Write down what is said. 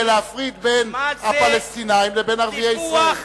להפריד בין הפלסטינים לבין ערביי ישראל.